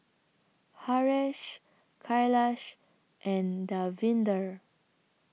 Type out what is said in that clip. Haresh Kailash and Davinder